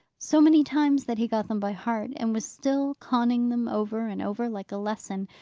so many times, that he got them by heart, and was still conning them over and over, like a lesson,